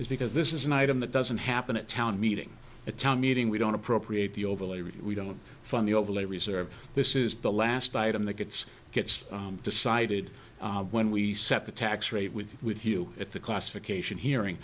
years because this is an item that doesn't happen at town meeting a town meeting we don't appropriate the overlay we don't fund the overlay reserve this is the last item that gets gets decided when we set the tax rate with with you at the classification